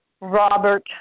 Robert